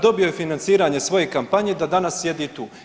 Dobio je financiranje svoje kampanje da danas sjedi tu.